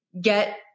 get